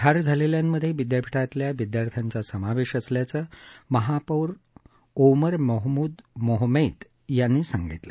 ठार झालेल्यांमध्ये विद्यापीठातल्या विद्यार्थ्यांचा समावेश असल्याचं महापौर ओमर मोहमूद मोहमेद यांनी सांगितलं